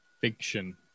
Fiction